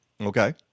Okay